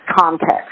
context